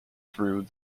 through